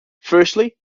firstly